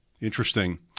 Interesting